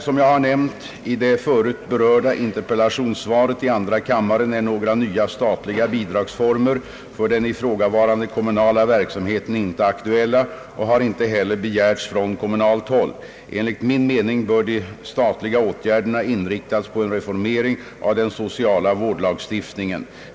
Som jag har nämnt i det förut berörda interpellationssvaret i andra kammaren är några nya statliga bidragsformer för den ifrågavarande kommunala verksamheten inte aktuella och har inte heller begärts från kommunalt håll. Enligt min mening bör de statliga åtgärderna inriktas på en reformering av den sociala vårdlagstiftningen.